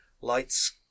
lights